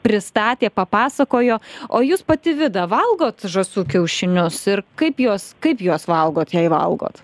pristatė papasakojo o jūs pati vida valgot žąsų kiaušinius ir kaip juos kaip juos valgot jei valgot